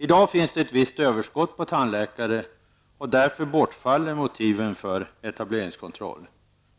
I dag finns ett visst överskott på tandläkare, och därför bortfaller motiven för etableringskontroll.